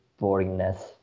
boringness